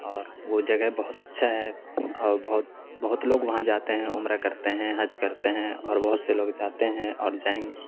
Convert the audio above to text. اور وہ جگہ بہت اچھا ہے اور بہت بہت لوگ وہاں جاتے ہیں عمرہ کرتے ہیں حج کرتے ہیں اور بہت سے لوگ جاتے ہیں اور جائیں